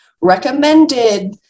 recommended